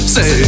Say